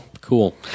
Cool